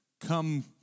come